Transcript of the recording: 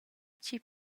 chi